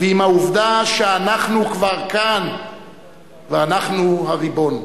ועם העובדה שאנחנו כבר כאן ואנחנו הריבון.